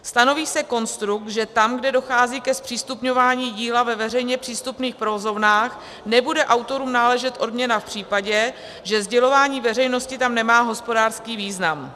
Stanoví se konstrukt, že tam, kde dochází ke zpřístupňování díla ve veřejně přístupných provozovnách, nebude autorům náležet odměna v případě, že sdělování veřejnosti tam nemá hospodářský význam.